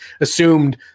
assumed